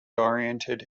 oriented